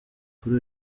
kuri